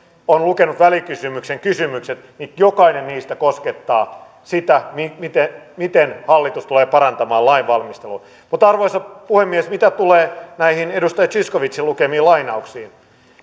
on lukenut välikysymyksen kysymykset niin jokainen niistä koskettaa sitä miten miten hallitus tulee parantamaan lainvalmistelua mutta arvoisa puhemies mitä tulee näihin edustaja zyskowiczin lukemiin lainauksiin